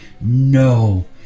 No